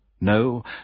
No